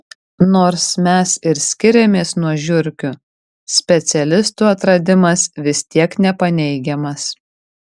nors mes ir skiriamės nuo žiurkių specialistų atradimas vis tiek nepaneigiamas